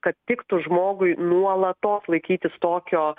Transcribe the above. kad tiktų žmogui nuolatos laikytis tokio